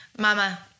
Mama